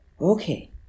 Okay